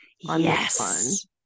yes